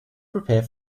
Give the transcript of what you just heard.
prepare